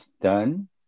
done